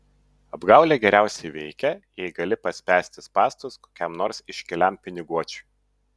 apgaulė geriausiai veikia jei gali paspęsti spąstus kokiam nors iškiliam piniguočiui